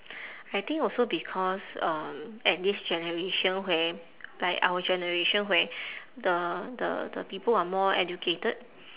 I think also because um at this generation where like our generation where the the the people are more educated